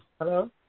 Hello